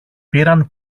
πήραν